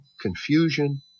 confusion